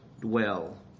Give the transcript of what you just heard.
dwell